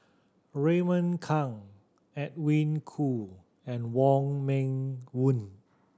Raymond Kang Edwin Koo and Wong Meng Voon